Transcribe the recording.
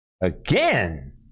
Again